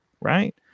right